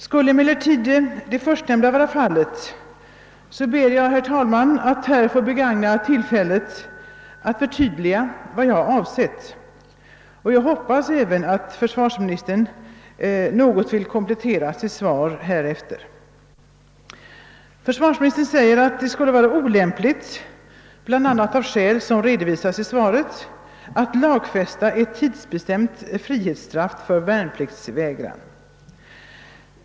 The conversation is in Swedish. Skulle emellertid det förstnämnda vara fallet, ber jag, herr talman, att här få begagna tillfället till att förtydliga vad jag har avsett. Jag hoppas även att försvarsministern härefter något vill komplettera sitt svar. Försvarsministern säger att det skulle vara olämpligt, bl.a. av skäl som redovisas i svaret, att lagfästa ett tidsbestämt frihetsstraff för värnpliktsvägran.